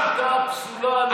שיטה פסולה,